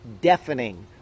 deafening